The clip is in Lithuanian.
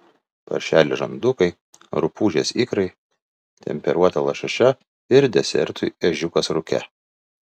paršelio žandukai rupūžės ikrai temperuota lašiša ir desertui ežiukas rūke